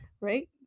right